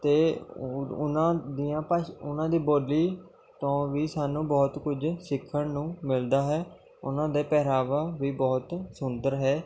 ਅਤੇ ਉ ਉਨ੍ਹਾਂ ਦੀਆਂ ਭਾਸ਼ ਉਨ੍ਹਾਂ ਦੀ ਬੋਲੀ ਤੋਂ ਵੀ ਸਾਨੂੰ ਬਹੁਤ ਕੁਝ ਸਿੱਖਣ ਨੂੰ ਮਿਲਦਾ ਹੈ ਉਹਨਾਂ ਦਾ ਪਹਿਰਾਵਾ ਵੀ ਬਹੁਤ ਸੁੰਦਰ ਹੈ